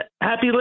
Happy